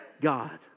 God